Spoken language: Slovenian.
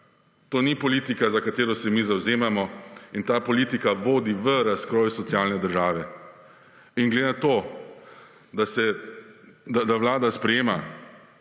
To ni politika, za katero se mi zavzemamo in ta politika vodi v razkroj socialne države in glede na to, da Vlada sprejema